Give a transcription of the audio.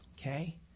Okay